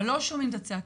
אבל לא שומעים את הצעקה